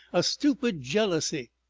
a stupid jealousy!